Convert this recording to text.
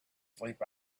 sleep